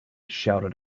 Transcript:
shouted